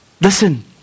Listen